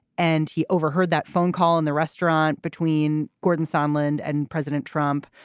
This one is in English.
and he overheard that phone call in the restaurant between gordon sunland and president trump.